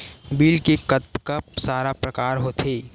Bill के कतका सारा प्रकार होथे?